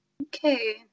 Okay